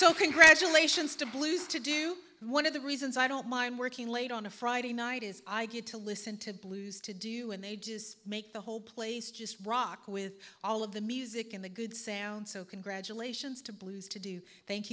so congratulations to blues to do one of the reasons i don't mind working late on a friday night is i get to listen to blues to do you and they just make the whole place just rock with all of the music and the good sound so congratulations to blues to do thank